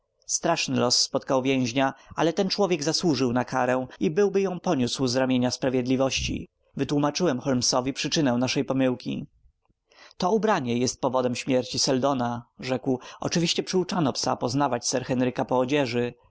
straszny los spotkał więźnia ale ten człowiek zasłużył na karę i byłby ją poniósł z ramienia sprawiedliwości wytłómaczyłem holmesowi przyczynę naszej pomyłki to ubranie jest powodem śmierci seldona rzekł oczywiście przyuczano psa poznawać sir henryka po odzieży